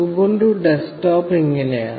Ubuntu desktop ഇങ്ങനെയാണ്